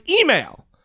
email